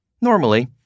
Normally